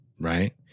Right